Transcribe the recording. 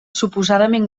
suposadament